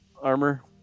armor